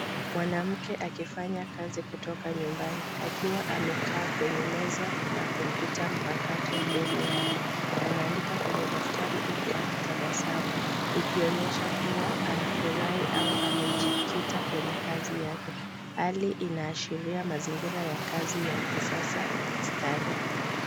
Mwanamke akifanya kazi kutoka nyumbani, akiwa amekaa kwenye meza na kompyuta mpakato mbele yake. Anaandika kwenye daftari huku aki tabasamu, ikionyesha kuwa anafurahi au amejikita kwenye kazi yake. Hali inaashiria mazingira ya kazi ya kisasa na starehe.